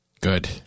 Good